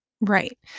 Right